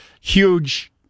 huge